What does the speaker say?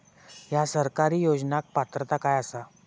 हया सरकारी योजनाक पात्रता काय आसा?